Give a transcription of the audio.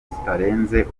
bitarenze